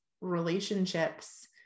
relationships